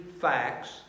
facts